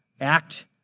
act